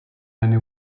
many